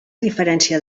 diferència